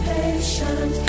patient